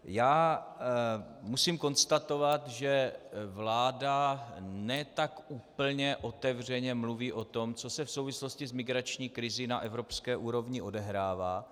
Já musím konstatovat, že vláda ne tak úplně otevřeně mluví o tom, co se v souvislosti s migrační krizí na evropské úrovni odehrává.